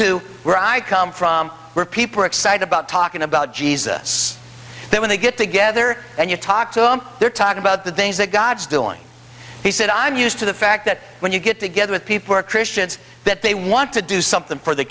to where i come from where people are excited about talking about jesus that when they get together and you talk to them they're talking about the things that god's doing he said i'm used to the fact that when you get together with people who are christians that they want to do something for the